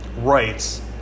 rights